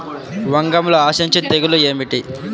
వంగలో ఆశించు తెగులు ఏమిటి?